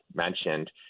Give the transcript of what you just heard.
mentioned